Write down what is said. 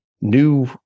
new